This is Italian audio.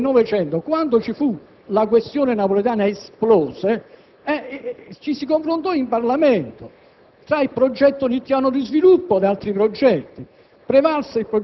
All'inizio del Novecento, quando la questione napoletana esplose, ci si confrontò in Parlamento su un progetto di piano di sviluppo della città